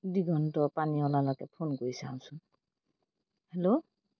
দিগন্ত পানীৱালালৈকে ফোন কৰি চাওঁচোন হেল্ল'